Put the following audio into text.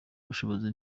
bushobozi